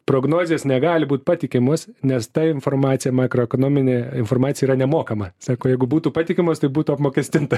prognozės negali būt patikimos nes ta informacija makroekonominė informacija yra nemokama sako jeigu būtų patikimos tai būtų apmokestinta